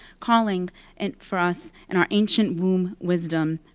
calling and for us and our ancient womb wisdom.